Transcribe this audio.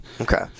Okay